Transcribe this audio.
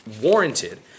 warranted